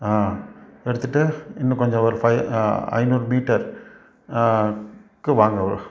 ஆ எடுத்துவிட்டு இன்னும் கொஞ்சம் ஒரு ஃபைவ் ஐநூறு மீட்டர் க்கு வாங்க